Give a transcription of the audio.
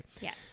Yes